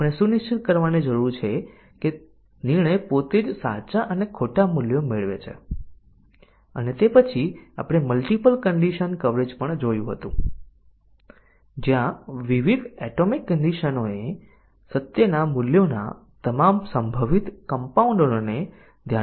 અમે ખૂબ સંપૂર્ણ ટેસ્ટીંગ કરી રહ્યા નથી વધુ સંપૂર્ણ ટેસ્ટીંગ પ્રાપ્ત કરવા માટે આપણે કન્ડિશન ટેસ્ટીંગ કરવાની જરૂર છે અને કન્ડિશન ટેસ્ટીંગ ઘણા પ્રકારના હોય છે